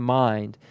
mind